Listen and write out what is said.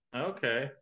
okay